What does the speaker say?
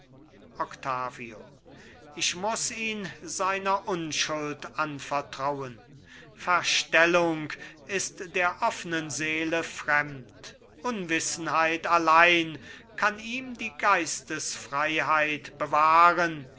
ich muß ihn seiner unschuld anvertrauen verstellung ist der offnen seele fremd unwissenheit allein kann ihm die geistesfreiheit bewahren